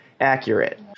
accurate